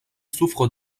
souffre